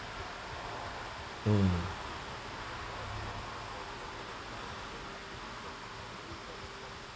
hmm